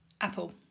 Apple